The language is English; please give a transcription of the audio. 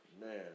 Man